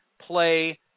play